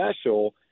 special